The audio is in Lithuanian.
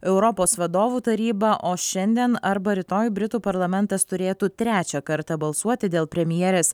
europos vadovų taryba o šiandien arba rytoj britų parlamentas turėtų trečią kartą balsuoti dėl premjerės